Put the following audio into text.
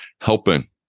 helping